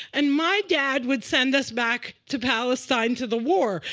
and my dad would send us back to palestine, to the war.